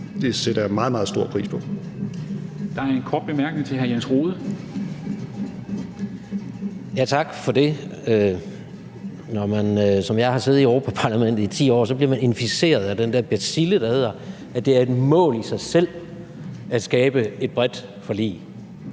Dam Kristensen): Der er en kort bemærkning til hr. Jens Rohde. Kl. 13:18 Jens Rohde (RV): Tak for det. Når man som jeg har siddet i Europa-Parlamentet i 10 år, bliver man inficeret af den der bacille, der hedder, at det er et mål i sig selv at skabe et bredt forlig.